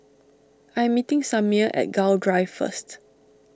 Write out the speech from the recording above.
I am meeting Samir at Gul Drive first